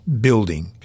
building